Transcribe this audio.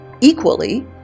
equally